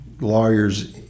lawyers